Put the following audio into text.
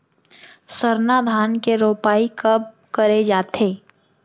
सरना धान के रोपाई कब करे जाथे?